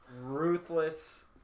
ruthless